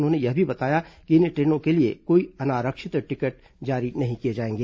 उन्होंने यह भी बताया कि इन ट्रेनों के लिए कोई अनारक्षित टिकट जारी नहीं किए जाएंगे